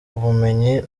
ubumenyi